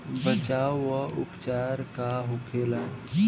बचाव व उपचार का होखेला?